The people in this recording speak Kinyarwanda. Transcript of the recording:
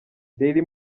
daily